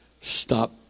stop